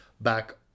back